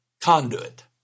conduit